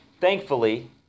thankfully